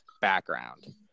background